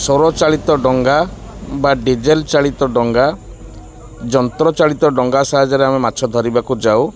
ସୌରଚାଳିତ ଡଙ୍ଗା ବା ଡିଜେଲ୍ ଚାଳିତ ଡଙ୍ଗା ଯନ୍ତ୍ରଚାଳିତ ଡଙ୍ଗା ସାହାଯ୍ୟରେ ଆମେ ମାଛ ଧରିବାକୁ ଯାଉ